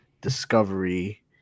discovery